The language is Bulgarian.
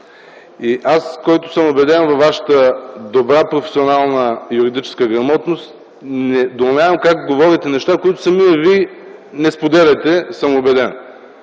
Аз, който съм убеден във Вашата добра професионална юридическа грамотност, недоумявам как говорите неща, които самият Вие не споделяте?! Какво